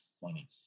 funny